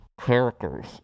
characters